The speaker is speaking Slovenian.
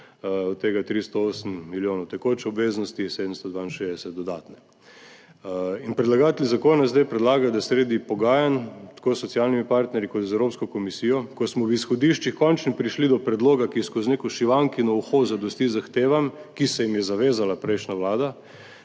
Od tega je 308 milijonov tekočih obveznosti, 762 dodatnih. Predlagatelj zakona zdaj predlaga, da sredi pogajanj tako s socialnimi partnerji kot z Evropsko komisijo, ko smo v izhodiščih končno prišli do predloga, ki skozi neko šivankino uho zadosti zahtevam, ki se jim je zavezala prejšnja vlada,